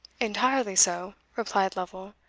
entirely so, replied lovel.